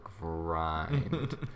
grind